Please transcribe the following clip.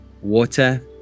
water